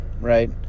right